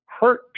hurt